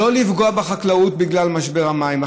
ולא לפגוע בחקלאות בגלל משבר המים.